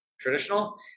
traditional